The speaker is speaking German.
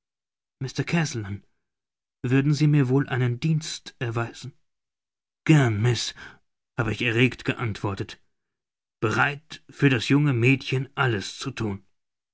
mr kazallon würden sie mir wohl einen dienst erweisen gern miß habe ich erregt geantwortet bereit für das junge mädchen alles zu thun